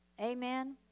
Amen